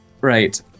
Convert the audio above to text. Right